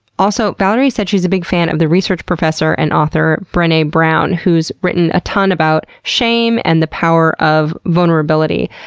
also, valerie said she's a big fan of the research professor and author brene brown, who's written a ton about shame and the power of vulnerability.